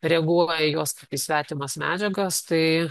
reaguoja į juos į svetimas medžiagas tai